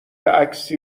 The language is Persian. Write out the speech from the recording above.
عکسی